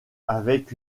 avec